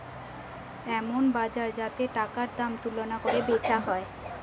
এমন বাজার যাতে টাকার দাম তুলনা কোরে বেচা হয়